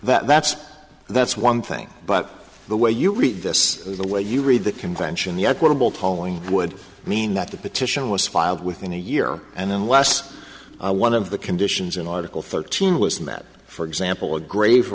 discretion that's that's one thing but the way you read this the way you read the convention the equitable toing would mean that the petition was filed within a year and unless one of the conditions in article thirteen was met for example a grave